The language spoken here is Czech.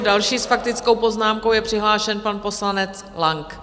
Další s faktickou poznámkou je přihlášen pan poslanec Lang.